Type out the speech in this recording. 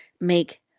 make